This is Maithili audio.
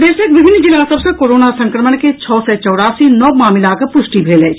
प्रदेशक विभिन्न जिला सभ सँ कोरोना संक्रमण के छओ सय चौरासी नव मामिलाक पुष्टि भेल अछि